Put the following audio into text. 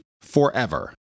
forever